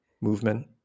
movement